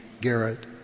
Garrett